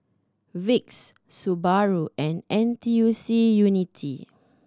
Vicks Subaru and N T U C Unity